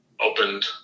opened